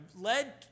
led